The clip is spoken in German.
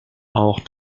auch